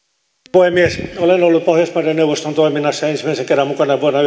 puhemies olen ollut pohjoismaiden neuvoston toiminnassa ensimmäisen kerran mukana vuonna